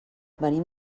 venim